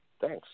Thanks